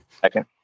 Second